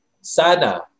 sana